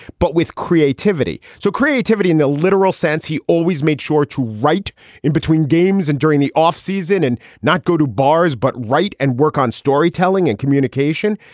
but with creativity. so creativity in the literal sense, he always made sure to write in between games and during the off season and not go to bars, but write and work on storytelling and communication.